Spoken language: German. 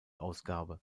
ausgabe